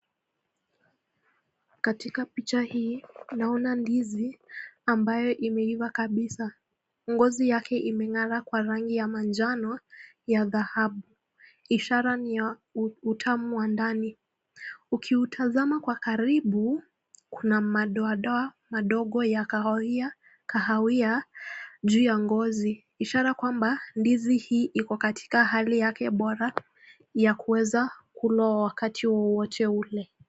Katika picha hii naona ndizi ambayo imeiva kabisa. Ngozi yake imengara kwa rangi ya manjano ya dhahabu. Ishara ni ya utamu wa ndani, ukiutazama kwa karibu kuna madoadoa madogo ya kahawia juu ya ngozi, ishara kwamba ndizi hii iko katika hali yake bora ya kuweza kulwa wakati wowote ule.